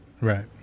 Right